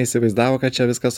įsivaizdavo kad čia viskas